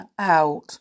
out